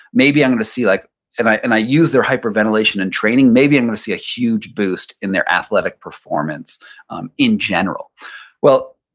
maybe i'm gonna see, like and i and i use their hyper-ventilation in training, maybe i'm gonna see a huge boost in their athletic performance um in general well,